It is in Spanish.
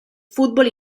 fútbol